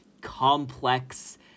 complex